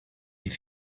est